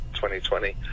2020